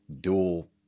dual